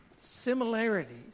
similarities